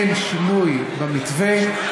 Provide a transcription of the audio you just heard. אין שינוי במתווה.